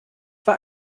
war